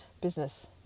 business